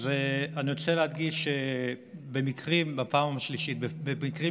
אז אני רוצה להדגיש בפעם השלישית שבמקרים